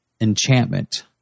enchantment